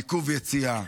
עיכוב יציאה.